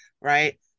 right